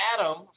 Adam